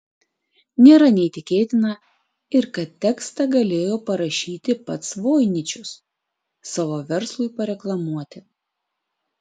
nėra neįtikėtina ir kad tekstą galėjo parašyti pats voiničius savo verslui pareklamuoti